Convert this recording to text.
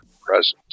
presence